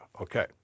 okay